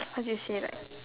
how do you say like